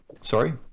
Sorry